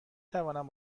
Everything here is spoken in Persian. توانم